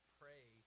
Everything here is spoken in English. pray